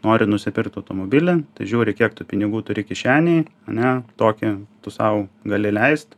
nori nusipirkt automobilį tai žiūri kiek tu pinigų turi kišenėj ane tokį tu sau gali leist